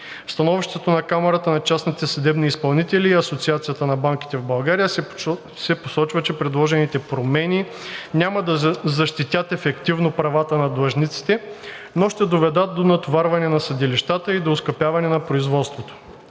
становищата на Камарата на частните съдебни изпълнители и Асоциацията на банките в България се посочва, че предложените промени няма да защитят ефективно правата на длъжниците, но ще доведат до натоварване на съдилищата и до оскъпяване на производството.